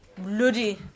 Bloody